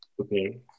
Okay